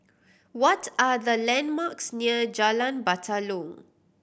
what are the landmarks near Jalan Batalong